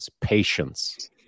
patience